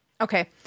Okay